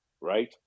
right